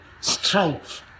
strife